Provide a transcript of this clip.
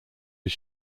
his